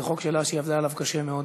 זה חוק שלה שהיא עבדה עליו קשה מאוד,